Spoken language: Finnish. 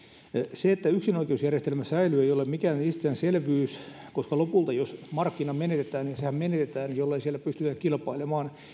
se että yksinoikeusjärjestelmä säilyy ei ole mikään itsestäänselvyys koska lopulta jos markkina menetetään niin sehän menetetään jollei siellä pystytä kilpailemaan